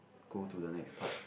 go to the next part